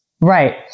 Right